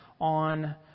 on